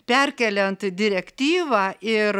perkeliant direktyvą ir